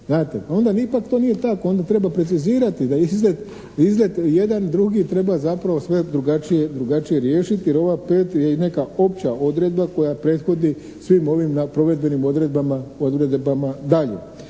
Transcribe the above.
Onda ipak to nije tako. Treba precizirati da izlet jedan, drugi treba zapravo sve drugačije riješiti jer ova …/Govornik se ne razumije./… je neka opća odredba koja prethodi svim ovim provedbenim odredbama dalje.